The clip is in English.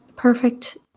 Perfect